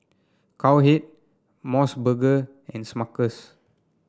Cowhead MOS burger and Smuckers